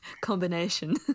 combination